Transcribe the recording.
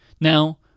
Now